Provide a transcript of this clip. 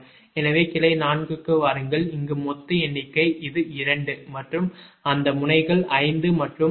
எனவே கிளை 4 க்கு வாருங்கள் இங்கு மொத்த எண்ணிக்கை இது 2 மற்றும் அந்த முனைகள் 5 மற்றும் 6